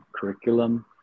curriculum